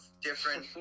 different